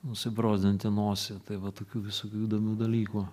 nusibrozdinti nosį tai va tokių visokių įdomių dalykų